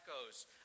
echoes